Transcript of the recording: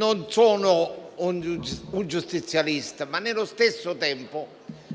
Non sono un giustizialista, ma nello stesso tempo